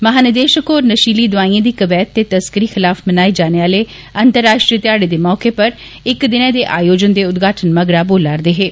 महानिदेषक होर नषीली दवाइएं दी कवैत ते तस्कारी खिलाफ मनाए जाने आले अंतर्राश्ट्रीय ध्याडे दे मौके पर इक दिनै दे आयोजन दे उद्घाटन मगरा बोलारदे हे